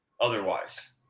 otherwise